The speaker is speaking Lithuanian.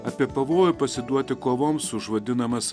apie pavojų pasiduoti kovoms už vadinamas